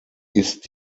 ist